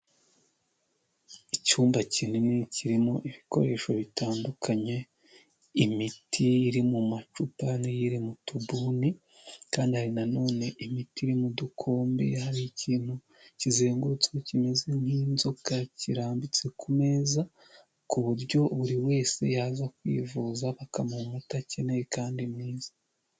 Icyumba kinini kirimo ibikoresho bitandukanye, imiti iri mu macupa niyiri mu tubuni. Kandi hari nanone imiti iri mu dukombe. Hari ikintu kizengutswe kimeze nk’inzoka kirambitse ku meza. Ku buryo buri wese yaza kwivuza bakamuha umuti akeneye kandi mwiza.